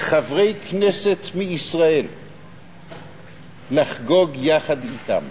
חברי כנסת מישראל לחגוג יחד אתם.